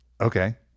okay